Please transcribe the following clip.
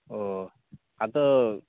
ᱚᱻ ᱟᱫᱚ